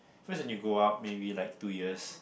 cause when you grow up maybe like two years